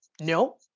No